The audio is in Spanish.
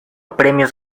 premios